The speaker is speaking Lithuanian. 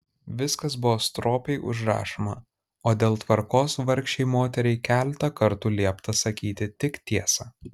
viskas buvo stropiai užrašoma o dėl tvarkos vargšei moteriai keletą kartų liepta sakyti tik tiesą